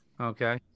Okay